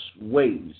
ways